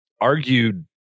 argued